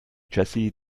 jessy